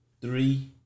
three